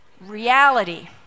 Reality